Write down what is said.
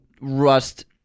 Rust